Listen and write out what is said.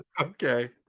Okay